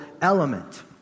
element